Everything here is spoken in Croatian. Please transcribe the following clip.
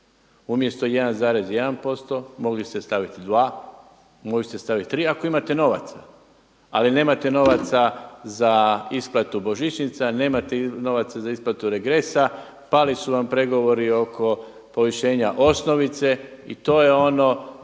Umjesto 1,1% mogli ste staviti dva, mogli ste staviti tri ako imate novaca, ali nemate novaca za isplatu božićnica, nemate novaca za isplatu regresa, pali su vam pregovori oko povišenja osnovice i to je ono